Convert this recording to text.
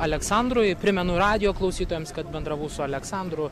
aleksandrui primenu radijo klausytojams kad bendravau su aleksandru